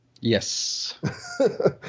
Yes